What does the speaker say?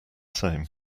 same